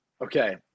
okay